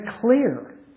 clear